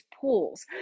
pools